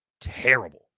terrible